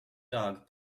dog